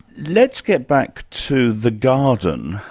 let's get back to the garden,